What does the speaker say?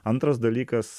antras dalykas